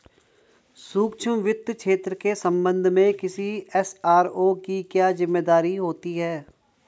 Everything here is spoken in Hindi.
सूक्ष्म वित्त क्षेत्र के संबंध में किसी एस.आर.ओ की क्या जिम्मेदारी होती है?